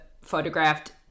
photographed –